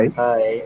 hi